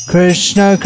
Krishna